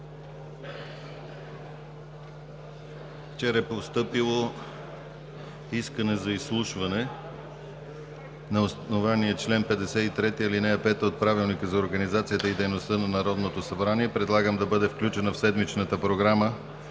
вчера е постъпило искане за изслушване на основание чл. 53, ал. 5 от Правилника за организацията и дейността на Народното събрание. Предлагам да бъде включена в седмичната програма